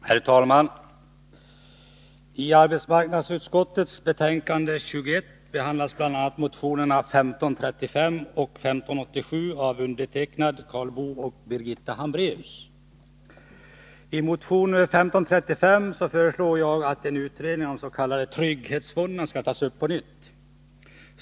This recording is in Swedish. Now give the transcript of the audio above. Herr talman! I arbetsmarknadsutskottets betänkande 21 behandlas bl.a. motionerna 1535 och 1587 av mig, Karl Boo och Birgitta Hambraeus. I motion 1535 föreslår vi att en utredning av des.k. trygghetsfonderna skall tas upp på nytt.